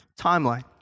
timeline